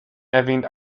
erwähnt